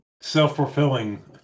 self-fulfilling